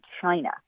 China